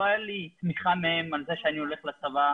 לא הייתה לי תמיכה מהם על כך שאני הולך לצבא,